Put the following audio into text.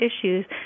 issues